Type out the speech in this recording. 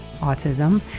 autism